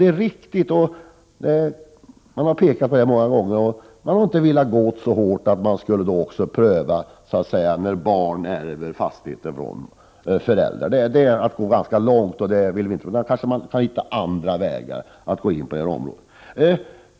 Det är riktigt, och det har många gånger påpekats, men man har inte velat gå så hårt fram att man skulle pröva förvärvet också när barn ärver fastigheten av föräldrarna. Det är att gå ganska långt, och det vill man inte göra, men kanske kan man hitta andra vägar att slå in på.